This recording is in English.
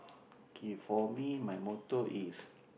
K for me my motto is